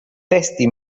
testi